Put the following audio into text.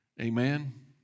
Amen